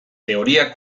teoria